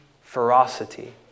ferocity